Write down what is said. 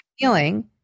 feeling